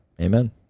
Amen